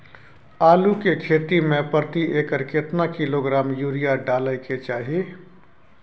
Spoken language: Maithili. आलू के खेती में प्रति एकर केतना किलोग्राम यूरिया डालय के चाही?